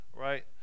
right